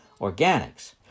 organics